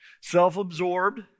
Self-absorbed